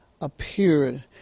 appeared